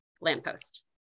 lamppost